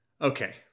okay